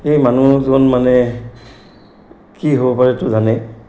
সেই মানুহজন মানে কি হ'ব পাৰেতো জানে